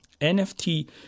NFT